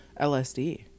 LSD